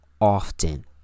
often